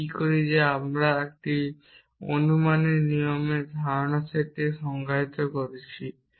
আমরা কি করি যা আমরা একটি অনুমানের নিয়মের ধারণা সেটে সংজ্ঞায়িত করেছি